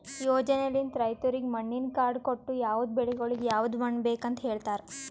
ಯೋಜನೆಲಿಂತ್ ರೈತುರಿಗ್ ಮಣ್ಣಿನ ಕಾರ್ಡ್ ಕೊಟ್ಟು ಯವದ್ ಬೆಳಿಗೊಳಿಗ್ ಯವದ್ ಮಣ್ಣ ಬೇಕ್ ಅಂತ್ ಹೇಳತಾರ್